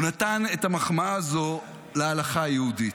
הוא נתן את המחמאה הזו להלכה היהודית.